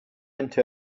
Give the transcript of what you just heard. into